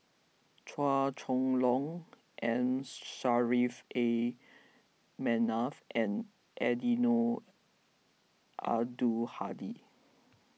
Chua Chong Long M A Manaf and Eddino Abdul Hadi